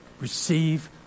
receive